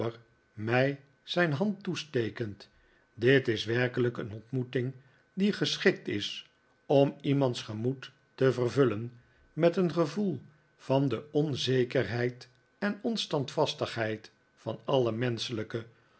mij zijn hand toestekend dit is werkelijk een ontmoeting die geschikt is om iemands gemoed te vervullen met een gevoel van de onzekerheid en onstandvastigheid van alle menschelijke